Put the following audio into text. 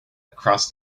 across